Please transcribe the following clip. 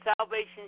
Salvation